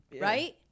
right